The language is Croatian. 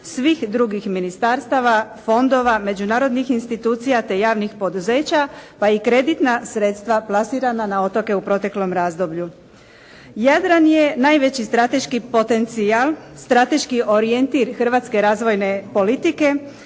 svih drugih ministarstva, fondova, međunarodnih institucija, te javnih poduzeća, pa i kreditna sredstva plasirana na otoke u proteklom razdoblju. Jadran je najveći strateški potencijal, strateški orijentir hrvatske razvojne politike.